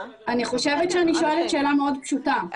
אני חושבת שאני שואלת שאלה מאוד פשוטה.